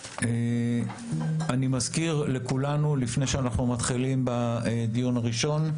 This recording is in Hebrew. אני מזכיר לכולנו לפני שאנחנו מתחילים בדיון הראשון,